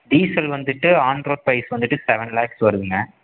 diesel வந்துட்டு on road price வந்துட்டு seven lakhs வருதுங்க